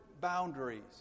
boundaries